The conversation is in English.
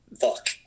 fuck